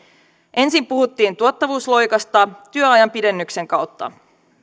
ensin puhuttiin tuottavuusloikasta työajan pidennyksen kautta